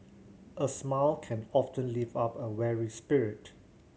a smile can often lift up a weary spirit